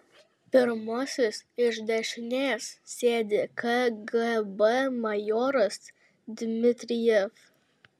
pirmasis iš dešinės sėdi kgb majoras dmitrijev